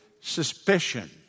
suspicion